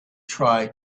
try